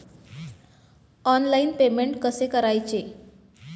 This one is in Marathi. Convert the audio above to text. ऑनलाइन पेमेंट कसे करायचे?